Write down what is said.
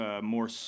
more